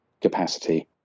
capacity